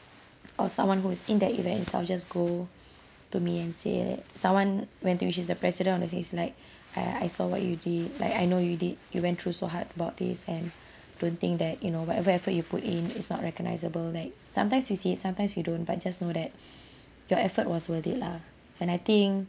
or someone who is in that event I'll just go to me and say that someone went to she was the president of the thing is like I I saw what you did like I know you did you went through so hard about this and don't think that you know whatever effort you put in is not recognizable like sometimes you see it sometimes you don't but just know that your effort was worth it lah and I think